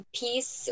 peace